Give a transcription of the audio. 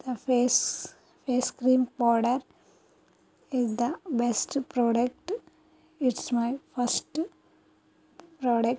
నా face face cream powder is the best product it's my first product